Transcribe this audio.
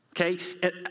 Okay